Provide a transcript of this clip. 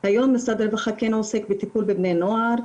היום משרד הרווחה כן עוסק בטיפול בבני נוער,